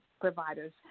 providers